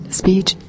speech